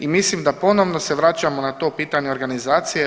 I mislim da ponovno se vraćamo na to pitanje organizacije.